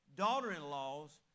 daughter-in-laws